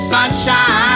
Sunshine